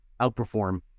outperform